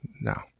No